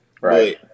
Right